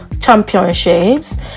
championships